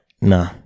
nah